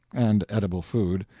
and edible food,